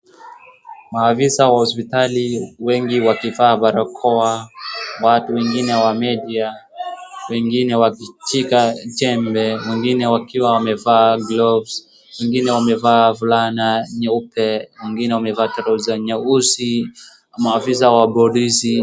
Maafisa wa hospitali wengi wakivaa barakoa, watu wengine wa media wengine wakipiga chembe wengine wakiwa wamevaa gloves wengine wamevaa fulana nyeupe, wengine wamevaa trouser nyeusi, maafisa wa polisi.